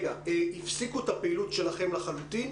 הפסיקו את הפעילות שלכם לחלוטין?